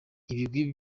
ibigwi